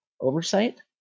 oversight